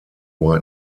white